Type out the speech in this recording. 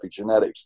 epigenetics